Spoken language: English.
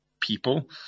people